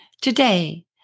today